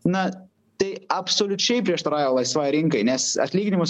na tai absoliučiai prieštarauja laisvai rinkai nes atlyginimus